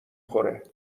خوره